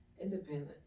Independent